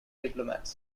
diplomats